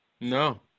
no